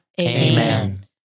Amen